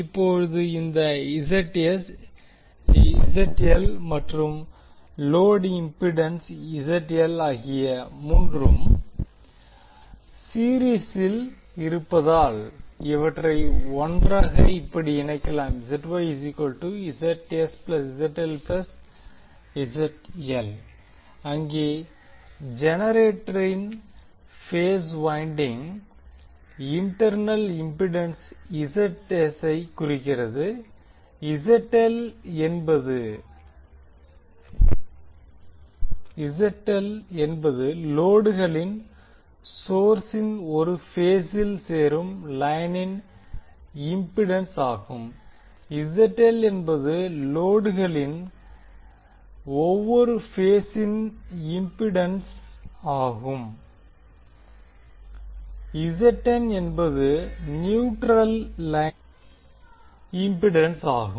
இப்போது இந்த மற்றும் லோடு இம்பிடன்ஸ் ஆகிய மூன்றும் சீரிஸில் இருப்பதால் இவற்றை ஒன்றாக இப்படி இணைக்கலாம் அங்கே ஜெனரேட்டரின் பேஸ் வைண்டிங்கின் இன்டர்னல் இம்பிடன்சை Zs குறிக்கிறது என்பது லோடுகளின் ஒரு பேசுடன் சோர்ஸின் ஒரு பேசில் சேரும் லைனின் இம்பிடன்ஸ் ஆகும் ZL என்பது லோடுகளின் ஒவ்வொரு பேசின் இம்பிடன்ஸ் ஆகும் என்பது நியூட்ரல் லைனின் இம்பிடன்ஸ் ஆகும்